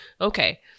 Okay